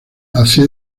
hace